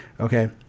Okay